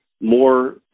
more